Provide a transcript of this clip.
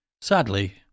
Sadly